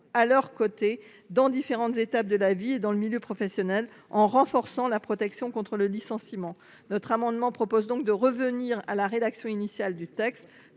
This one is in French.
à leurs côtés dans les différentes étapes de la vie et dans le milieu professionnel, en renforçant la protection contre le licenciement. Cet amendement tend donc à revenir à la rédaction initiale du texte.